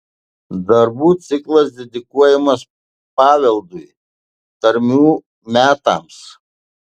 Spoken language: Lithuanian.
darbų ciklas dedikuojamas paveldui tarmių metams